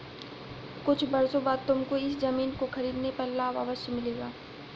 कुछ वर्षों बाद तुमको इस ज़मीन को खरीदने पर लाभ अवश्य मिलेगा